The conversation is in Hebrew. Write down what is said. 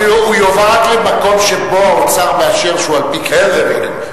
הוא יועבר רק למקום שבו האוצר מאשר שהוא על-פי קריטריונים.